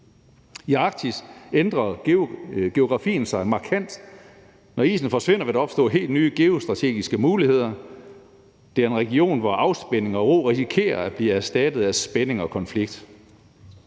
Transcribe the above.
I Arktis ændrer geografien sig markant, og når isen forsvinder, vil der opstå helt nye geostrategiske muligheder. Det er en region, hvor afspænding og ro risikerer at blive erstattet af spændinger og konflikt.